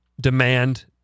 demand